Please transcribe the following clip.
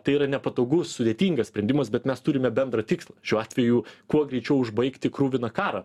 tai yra nepatogu sudėtingas sprendimas bet mes turime bendrą tikslą šiuo atveju kuo greičiau užbaigti kruviną karą